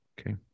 okay